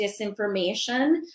disinformation